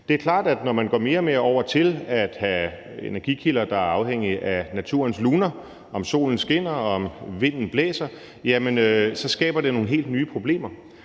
Det er klart, at når man går mere og mere over til at have energikilder, der er afhængig af naturens luner, om solen skinner, om vinden blæser, skaber det nogle helt nye problemer,